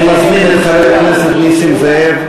אמרתי, בבקשה, אני מזמין את חבר הכנסת נסים זאב.